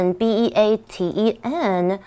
beaten